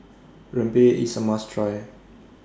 Rempeyek IS A must Try